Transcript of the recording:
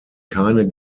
keine